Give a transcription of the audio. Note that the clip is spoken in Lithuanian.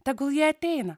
tegul jie ateina